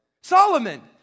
Solomon